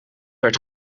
werd